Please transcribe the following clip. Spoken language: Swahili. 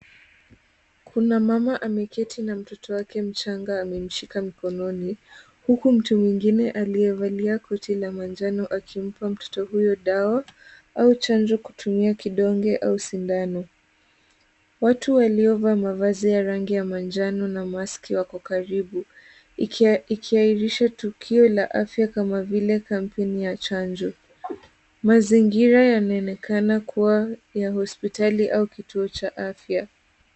Kuna mama ameketi na mtoto wake mchanga amemshika mkononi huku mtu mwingine aliyevalia koti la manjano akimpa mtoto huyu dawa au chanjo kutumia kidonge au sindano. Watu waliovaa mavazi ya rangi ya manjano na maski wako karibu. Ikiahirisha tukio la afya kama vile kampeni ya chanjo. Mazingira yanaonekana kuwa ya hospitali au kituo cha afya.